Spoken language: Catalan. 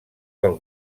del